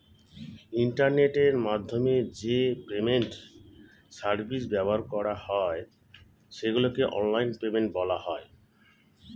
ইন্টারনেটের মাধ্যমে যে পেমেন্ট সার্ভিস ব্যবহার করা হয় সেগুলোকে অনলাইন পেমেন্ট বলা হয়